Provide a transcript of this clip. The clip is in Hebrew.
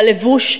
בלבוש,